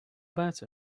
about